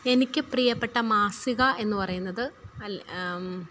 എനിക്ക് പ്രിയപ്പെട്ട മാസിക എന്ന് പറയുന്നത് അൽ